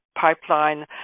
pipeline